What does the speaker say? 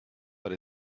but